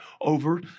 over